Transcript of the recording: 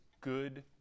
good